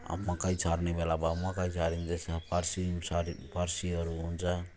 अब मकै छर्ने बेला भयो मकै छरिँदैछ फर्सी छरी फर्सीहरू हुन्छ